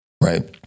right